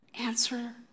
answer